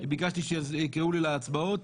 ביקשתי שיקראו לי להצבעות.